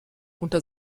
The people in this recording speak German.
unter